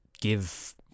give